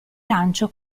lancio